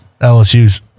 LSU's